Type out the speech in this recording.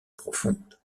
profondes